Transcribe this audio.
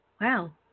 wow